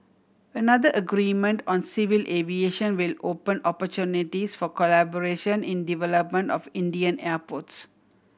another agreement on civil aviation will open opportunities for collaboration in development of Indian airports